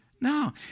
No